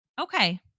Okay